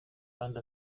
kandi